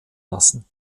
lassen